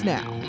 Now